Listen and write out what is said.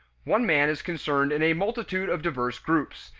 one man is concerned in a multitude of diverse groups,